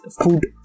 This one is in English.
food